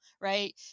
right